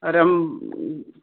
अरे हम